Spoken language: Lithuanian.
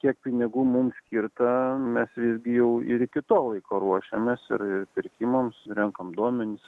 kiek pinigų mum skirta mes visgi jau ir iki to laiko ruošiamės ir pirkimams renkam duomenis